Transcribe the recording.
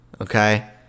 Okay